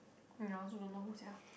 ya I also don't know who sia